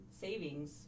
savings